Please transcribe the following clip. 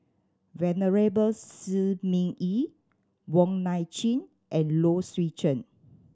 Venerable Shi Ming Yi Wong Nai Chin and Low Swee Chen